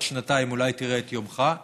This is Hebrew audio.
בעוד שנתיים אולי תראה את יומך,